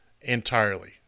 entirely